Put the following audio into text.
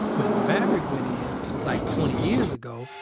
when maverick went in like twenty years ago,